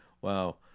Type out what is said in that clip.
wow